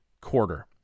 quarter